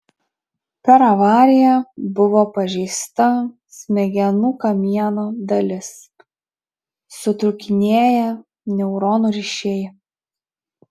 per avariją buvo pažeista smegenų kamieno dalis sutrūkinėję neuronų ryšiai